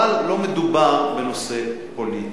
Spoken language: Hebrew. אבל לא מדובר בנושא פוליטי.